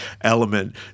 element